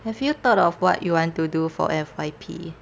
have you thought of what you want to do for F_Y_P